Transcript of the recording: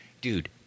dude